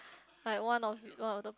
like one of it one of the